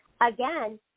again